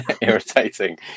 irritating